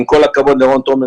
עם כל הכבוד לרון תומר,